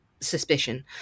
suspicion